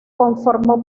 conformó